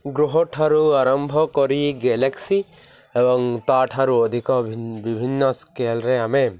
ଗୃହଠାରୁ ଆରମ୍ଭ କରି ଗ୍ୟାଲେକ୍ସି ଏବଂ ତା'ଠାରୁ ଅଧିକ ବିଭିନ୍ନ ସ୍କେଲରେ ଆମେ